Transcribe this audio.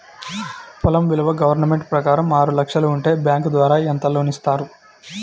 పొలం విలువ గవర్నమెంట్ ప్రకారం ఆరు లక్షలు ఉంటే బ్యాంకు ద్వారా ఎంత లోన్ ఇస్తారు?